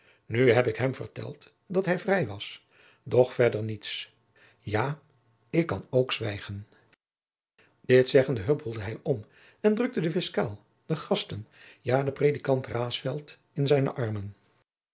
nu heb ik hem verteld dat hij vrij was doch verder niets ja ik kan ook zwijgen dit zeggende huppelde hij om en drukte den fiscaal de gasten ja den predikant raesfelt in zijne armen